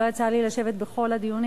לא יצא לי לשבת בכל הדיונים.